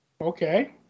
okay